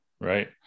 right